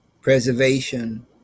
preservation